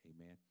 Amen